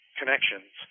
connections